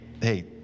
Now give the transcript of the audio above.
hey